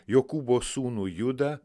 jokūbo sūnų judą